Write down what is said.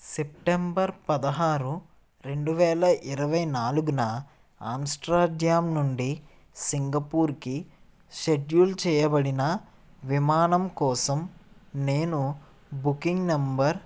September పదహారు రెండు వేల ఇరవై నాలుగున ఆంస్టర్డ్యామ్ నుండి సింగపూర్కి షెడ్యూల్ చెయ్యబడిన విమానం కోసం నేను బుకింగ్ నంబర్